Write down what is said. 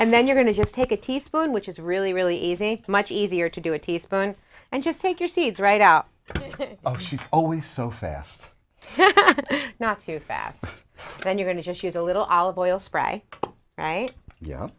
and then you're going to just take a teaspoon which is really really easy much easier to do a teaspoon and just take your seeds right out of she's always so fast not too fast then you going to just use a little olive oil spray right